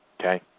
Okay